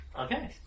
Okay